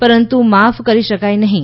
પરંતુ માફ કરી શકાય નહીં